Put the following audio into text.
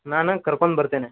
ನಾನು ಕರ್ಕೊಂಡು ಬರ್ತೇನೆ